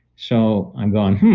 so i'm going,